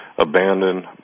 Abandoned